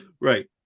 Right